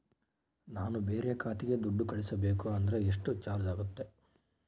ನಾನು ಬೇರೆ ಖಾತೆಗೆ ದುಡ್ಡು ಕಳಿಸಬೇಕು ಅಂದ್ರ ಎಷ್ಟು ಚಾರ್ಜ್ ಆಗುತ್ತೆ?